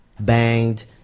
banged